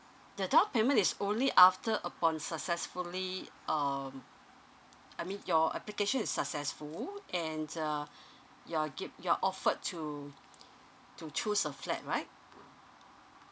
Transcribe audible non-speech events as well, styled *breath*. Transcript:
the down payment is only after upon successfully um I mean your application is successful and uh *breath* you're giv~ you're offered to to choose a flat right